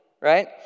right